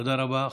תודה רבה.